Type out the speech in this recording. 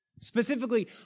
Specifically